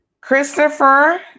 Christopher